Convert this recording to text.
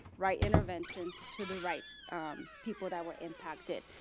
right interventions to the right people that were impacted.